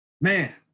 man